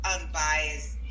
unbiased